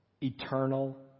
eternal